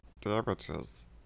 damages